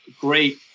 great